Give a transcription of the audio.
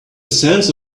sense